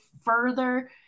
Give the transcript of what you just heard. further